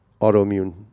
autoimmune